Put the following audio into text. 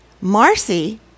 Marcy